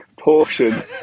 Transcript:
portion